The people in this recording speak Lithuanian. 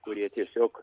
kurie tiesiog